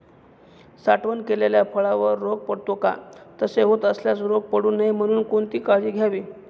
साठवण केलेल्या फळावर रोग पडतो का? तसे होत असल्यास रोग पडू नये म्हणून कोणती काळजी घ्यावी?